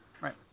Right